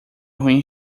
ruim